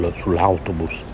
sull'autobus